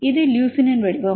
இது லுசினின் வடிவம்